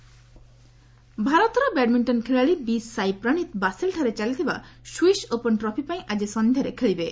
badminton ଭାରତର badminton ଖେଳାଳୀ B Sai Praneeth ବାସେଲ୍ଠାରେ ଚାଲିଥିବା ସ୍ୱିସ୍ ଓପନ୍ ଟ୍ରଫି ପାଇଁ ଆକି ସନ୍ଧ୍ୟାରେ ଖେଳିବେ